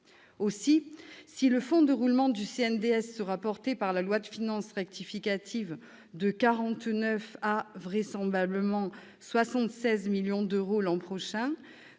si le fonds de roulement du CNDS sera porté par la loi de finances rectificative de 49 millions d'euros à, vraisemblablement, 76 millions d'euros l'an prochain,